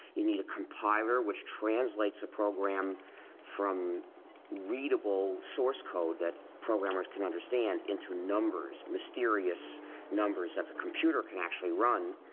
you need a compiler, which translates a program from readable source code that programmers can understand into numbers, mysterious numbers that the computer can actually run.